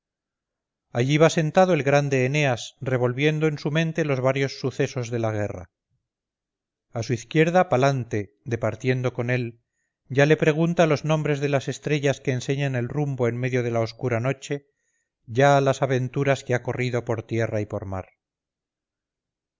allí va sentado el grande eneas revolviendo en su mente los varios sucesos de la guerra a su izquierda palante departiendo con él ya le pregunta los nombres de las estrellas que enseñan el rumbo en medio de la oscura noche ya las aventuras que ha corrido por tierra y por mar